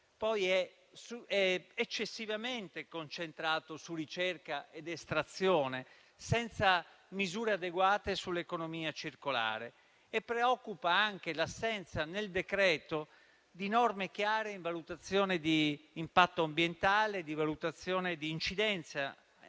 è eccessivamente concentrato su ricerca ed estrazione, senza misure adeguate sull'economia circolare. Preoccupa anche l'assenza nel decreto di norme chiare a proposito di valutazione di impatto ambientale e di valutazione di incidenza